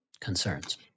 concerns